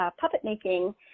puppet-making